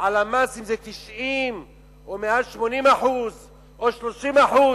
על המס, אם זה 90% או 180% או 30%,